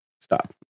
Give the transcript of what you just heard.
Stop